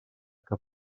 que